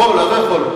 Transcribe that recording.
יכול, אתה יכול.